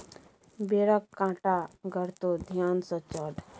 बेरक कांटा गड़तो ध्यान सँ चढ़